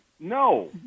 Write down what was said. No